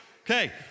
Okay